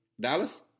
Dallas